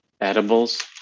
edibles